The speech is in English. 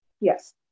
Yes